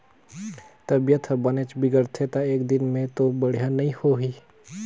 तबीयत ह बनेच बिगड़गे त एकदिन में तो बड़िहा नई होही